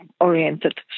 oriented